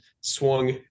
swung